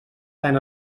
tan